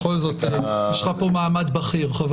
בכל זאת יש לך כאן מעמד בכיר.